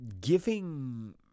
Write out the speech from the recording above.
giving